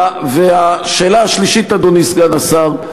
השאלה השלישית, אדוני סגן השר,